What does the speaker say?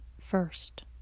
first